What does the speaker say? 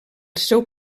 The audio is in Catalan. seu